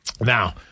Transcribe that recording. Now